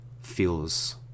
feels